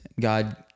God